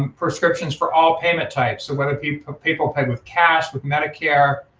um prescriptions for all payment types, so whether people people pay with cash, with medicare,